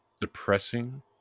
depressing